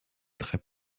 trait